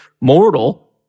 mortal